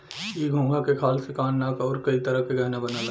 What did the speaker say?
इ घोंघा के खाल से कान नाक आउर कई तरह के गहना बनला